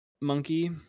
monkey